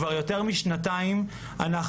כבר יותר משנתיים אנחנו